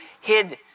hid